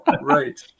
Right